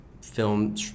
film